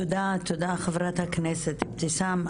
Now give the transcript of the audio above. תודה רבה חברת הכנסת אבתיסאם.